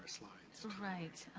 clients. right,